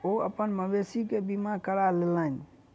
ओ अपन मवेशी के बीमा करा लेलैन